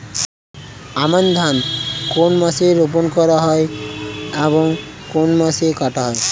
আমন ধান কোন মাসে রোপণ করা হয় এবং কোন মাসে কাটা হয়?